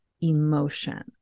emotion